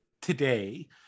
today